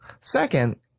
Second